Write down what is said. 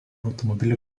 automobilių